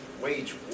wage